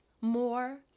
more